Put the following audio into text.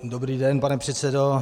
Dobrý den, pane předsedo.